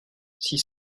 six